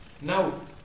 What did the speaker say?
Now